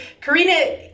Karina